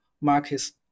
markets